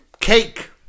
cake